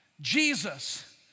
Jesus